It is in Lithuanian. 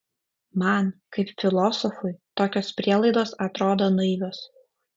man kaip filosofui tokios prielaidos atrodo naivios